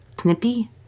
Snippy